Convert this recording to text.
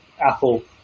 Apple